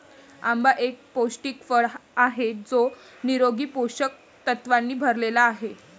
आंबा एक पौष्टिक फळ आहे जो निरोगी पोषक तत्वांनी भरलेला आहे